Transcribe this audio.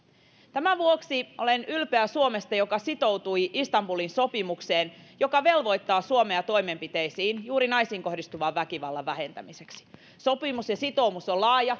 tämän vuoksi olen ylpeä suomesta joka sitoutui istanbulin sopimukseen joka velvoittaa suomea toimenpiteisiin juuri naisiin kohdistuvan väkivallan vähentämiseksi sopimus ja sitoumus on laaja